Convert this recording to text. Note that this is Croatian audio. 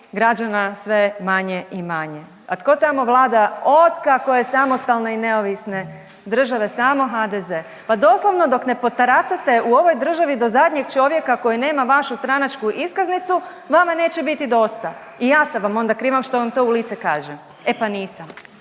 građana sve manje i manje. A tko tamo vlada od kako je samostalne i neovisne države? Samo HDZ. Pa doslovno dok ne potaracate u ovoj državi do zadnjeg čovjeka koji nema vašu stranačku iskaznicu vama neće biti dosta i ja sam vam onda kriva što vam to u lice kažem. E pa nisam,